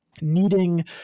needing